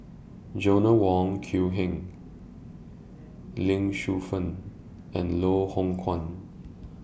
Joanna Wong Quee Heng Lee Shu Fen and Loh Hoong Kwan